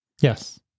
yes